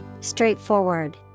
Straightforward